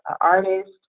artist